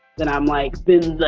then i'm like then,